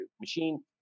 machine